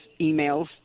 emails